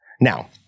Now